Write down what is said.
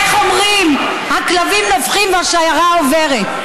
איך אומרים, הכלבים נובחים והשיירה עוברת.